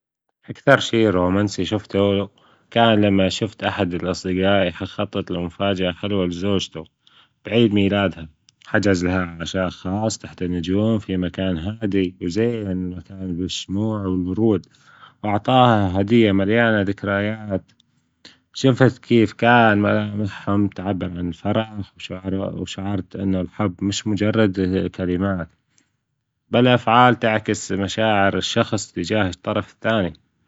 أكثر شي رومانسي شفته كان لما شفت أحد الأصدجاء يخطط لمفاجأة حلوة لزوجته عيد ميلادها حجز لها عشاء خاص تحت النجوم في مكان هادي وزين المكان والشموع والورود وأعطاها هدية مليانة ذكريات، شفت كيف كان ملامحهم تعبر عن الفرح وشعرت أنه الحب مش مجرد كلمات بل أفعال تعكس مشاعر الشخص تجاه الطرف الثاني.